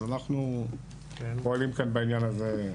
אנחנו פועלים כאן בעניין הזה.